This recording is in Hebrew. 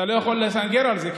אתה לא יכול לסנגר על זה,